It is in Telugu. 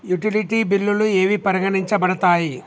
యుటిలిటీ బిల్లులు ఏవి పరిగణించబడతాయి?